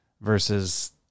versus